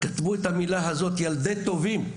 ביום שישי כתבו את המילה "ילדי טובים"